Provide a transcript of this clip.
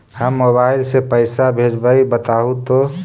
हम मोबाईल से पईसा भेजबई बताहु तो?